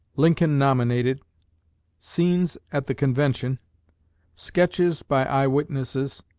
lincoln nominated scenes at the convention sketches by eye-witnesses